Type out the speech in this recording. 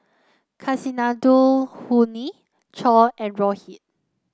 Kasinadhuni Choor and Rohit